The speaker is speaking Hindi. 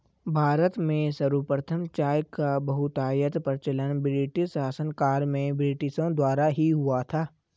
भारत में सर्वप्रथम चाय का बहुतायत प्रचलन ब्रिटिश शासनकाल में ब्रिटिशों द्वारा ही हुआ था